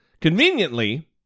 conveniently